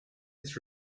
its